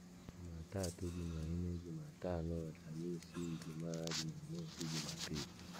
Jumatatu, jumaine, jumatano, alhamisi, ijumaa, jumamosi, jumapili.